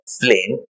flame